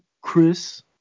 Chris